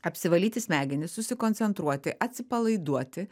apsivalyti smegenis susikoncentruoti atsipalaiduoti